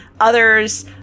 others